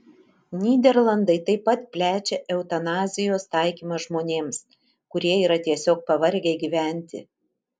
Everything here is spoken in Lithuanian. nyderlandai taip pat plečia eutanazijos taikymą žmonėms kurie yra tiesiog pavargę gyventi